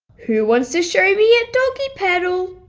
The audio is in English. who wants to show me a doggy paddle?